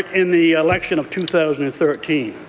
in the election of two thousand and thirteen.